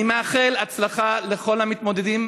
אני מאחל הצלחה לכל המתמודדים.